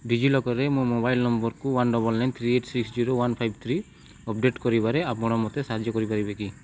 D G ଲକର୍ରେ ମୋ mobile ନମ୍ବରକୁ one double nine three eight six zero one five three update କରିବାରେ ଆପଣ ମୋତେ ସାହାଯ୍ୟ କରିପାରିବେ କି